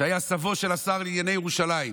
שהיה סבו של השר לענייני ירושלים.